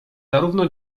zarówno